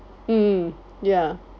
mm ya